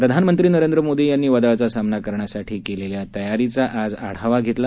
प्रधानमंत्री नरेंद्र मोदी यांनी वादळाचा सामना करण्यासाठी केलेल्या तयारीचा आज आढावा घेतला